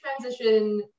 transition